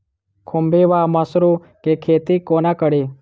खुम्भी वा मसरू केँ खेती कोना कड़ी?